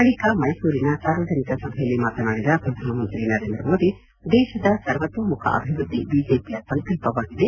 ಬಳಿಕ ಮೈಸೂರಿನ ಸಾರ್ವಜನಿಕ ಸಭೆಯಲ್ಲಿ ಮಾತನಾಡಿದ ಪ್ರಧಾನಮಂತ್ರಿ ನರೇಂದ್ರ ಮೋದಿ ದೇತದ ಸರ್ವೋತೋಮುಖ ಅಭಿವೃದ್ದಿ ಬಿಜೆಪಿಯ ಸಂಕಲ್ಪವಾಗಿದೆ